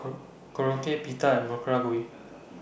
Korokke Pita and Gui